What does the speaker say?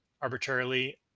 arbitrarily